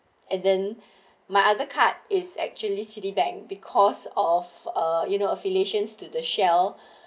and then my other card is actually citibank because of uh you know affiliations to the shell